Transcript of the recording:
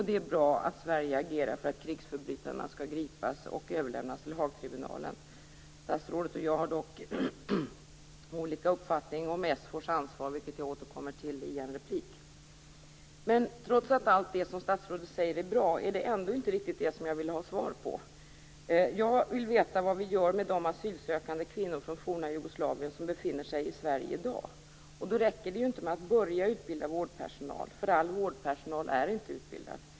Det är bra att Sverige agerar för att krigsförbrytarna skall gripas och överlämnas till Haagtribunalen. Statsrådet och jag har dock olika uppfattning om SFOR:s ansvar, vilket jag återkommer till i en replik. Men trots att allt det som statsrådet säger är bra, är det ändå inte riktigt det som jag vill ha svar på. Jag vill veta vad vi gör med de asylsökande kvinnor från forna Jugoslavien som befinner sig i Sverige i dag. Då räcker det inte med att börja utbilda vårdpersonal - all vårdpersonal är inte utbildad.